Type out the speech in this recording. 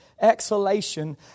exhalation